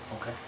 Okay